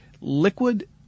liquid